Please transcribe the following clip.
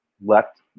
left